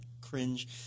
cringe